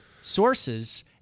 sources